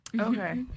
okay